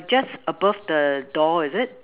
just above the doll is it